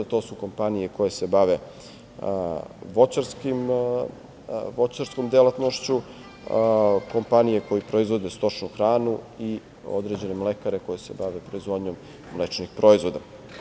To su kompanije koje se bave voćarskom delatnošću, kompanije koje proizvode stočnu hranu i određene mlekare koje se bave proizvodnjom mlečnih proizvoda.